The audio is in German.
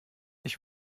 ich